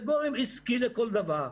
זה גורם עסקי לכל דבר.